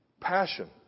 Passion